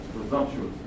presumptuous